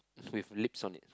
with lips on it